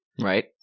Right